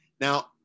Now